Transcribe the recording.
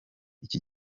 iki